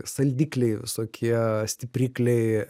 saldikliai visokie stiprikliai